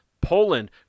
Poland